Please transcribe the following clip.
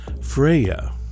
Freya